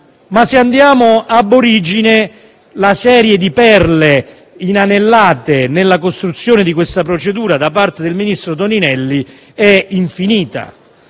Se andiamo *ab origine*, la serie di perle inanellate nella costruzione di questa procedura da parte del ministro Toninelli è infinita.